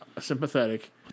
sympathetic